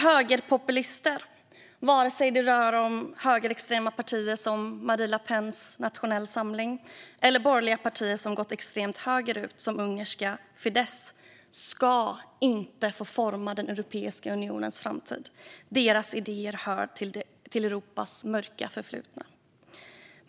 Högerpopulister, vare sig det rör sig om högerextrema partier som Marine Le Pens Nationell samling eller borgerliga partier som gått extremt högerut som ungerska Fidesz, ska inte få forma Europeiska unionens framtid. Deras idéer hör till Europas mörka förflutna.